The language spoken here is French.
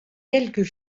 quelques